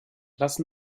lassen